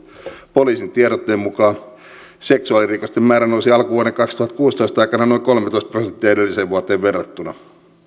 poliisin tiedotteen mukaan seksuaalirikosten määrä nousi alkuvuoden kaksituhattakuusitoista aikana noin kolmetoista prosenttia edelliseen vuoteen verrattuna